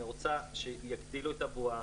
אני רוצה שיגדילו את הבועה,